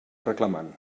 reclamant